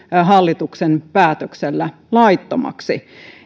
hallituksen päätöksellä laittomiksi